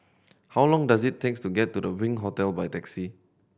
how long does it takes to get to the Wink Hostel by taxi